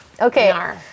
Okay